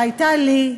שהייתה לי,